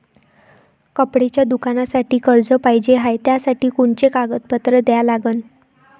कपड्याच्या दुकानासाठी कर्ज पाहिजे हाय, त्यासाठी कोनचे कागदपत्र द्या लागन?